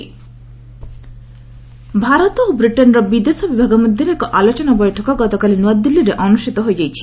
India UK Bharat ଓ ବ୍ରିଟେନ୍ର ବିଦେଶ ବିଭାଗ ମଧ୍ୟରେ ଏକ ଆଲୋଚନା ବୈଠକ ଗତକାଳି ନୂଆଦିଲ୍ଲୀରେ ଅନୁଷ୍ଠିତ ହୋଇଯାଇଛି